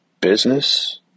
business